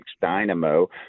Dynamo